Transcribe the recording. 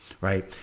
right